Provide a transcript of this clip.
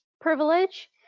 privilege